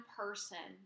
person